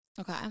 Okay